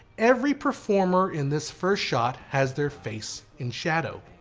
every performer in this first shot has their face in shadow.